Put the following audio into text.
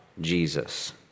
Jesus